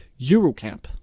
EuroCamp